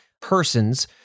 persons